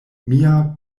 mia